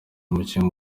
umukinnyi